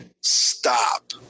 stop